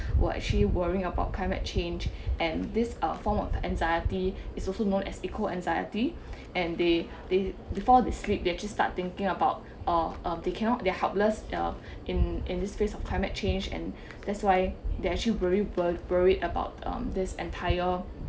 were actually worrying about climate change and these are form of anxiety is also known as eco-anxiety and they they before they sleep they just start thinking about uh um they cannot they're helpless uh in in this phase of climate change and that's why they actually very w~ worried about this entire